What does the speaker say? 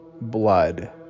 blood